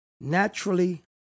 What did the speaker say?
naturally